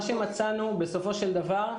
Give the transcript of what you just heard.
מצאנו שבסופו של דבר,